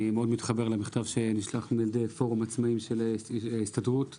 אני מאוד מתחבר למכתב שנשלח על ידי פורום העצמאיים של ההסתדרות הציונית.